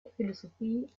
philosophie